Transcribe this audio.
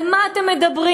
על מה אתם מדברים?